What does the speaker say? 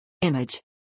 Image